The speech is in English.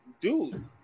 Dude